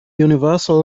universal